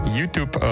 YouTube